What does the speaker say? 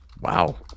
wow